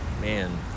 man